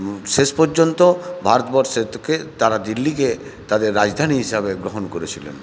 শেষ পর্যন্ত ভারতবর্ষে থেকে তারা দিল্লিকে তাদের রাজধানী হিসাবে গ্রহণ করেছিলেন